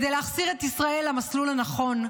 כדי להחזיר את ישראל למסלול הנכון,